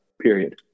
Period